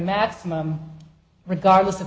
maximum regardless of